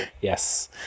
yes